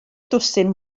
dwsin